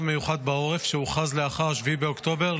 מיוחד בעורף שהוכרז לאחר 7 באוקטובר,